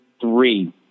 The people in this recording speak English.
three